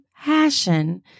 passion